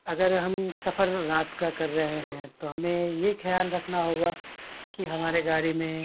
اگر ہم سفر رات کا کر رہے ہیں تو ہمیں یہ خیال رکھنا ہوگا کہ ہمارے گاڑی میں